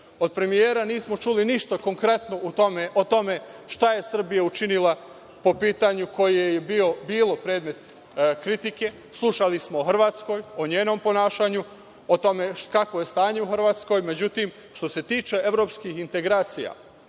premijera nismo čuli ništa konkretno o tome šta je Srbija učinila po pitanju koje je bilo predmet kritike, slušali smo u Hrvatskoj o njenom ponašanju, o tome kakvo je stanje u Hrvatskoj. Međutim, što se tiče evropskih integracija,